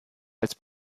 als